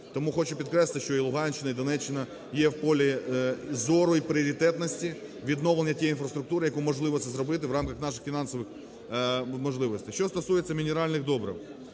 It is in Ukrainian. Тому хочу підкреслити, що і Луганщина, і Донеччина є в полі зору і пріоритетності відновлення тієї інфраструктури, яке можливо зробити в рамках наших фінансових можливостей. Що стосується мінеральних добрив.